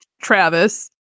Travis